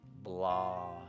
blah